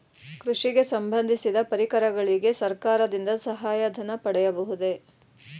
ಕೃಷಿಗೆ ಸಂಬಂದಿಸಿದ ಪರಿಕರಗಳಿಗೆ ಸರ್ಕಾರದಿಂದ ಸಹಾಯ ಧನ ಪಡೆಯಬಹುದೇ?